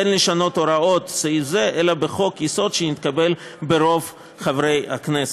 אין לשנות את הוראות סעיף זה אלא בחוק-יסוד שנתקבל ברוב חברי הכנסת".